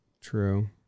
True